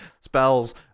Spells